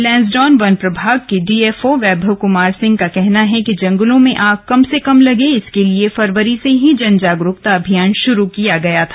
लैंसडौन वन प्रभाग के D F O Vaibhav Kumar Singh का कहना है कि जंगलों में आग कम से कम लगे इसके लिए फरवरी से ही जन जागरूकता अभियान शुरू किया गया था